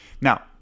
now